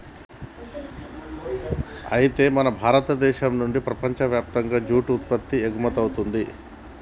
అయితే మన భారతదేశం నుండి ప్రపంచయప్తంగా జూట్ ఉత్పత్తి ఎగుమతవుతుంది